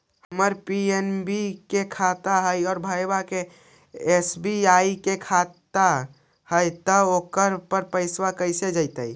हमर पी.एन.बी के खाता है और भईवा के एस.बी.आई के है त ओकर पर पैसबा कैसे जइतै?